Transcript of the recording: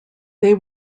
they